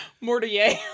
Mortier